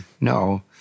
No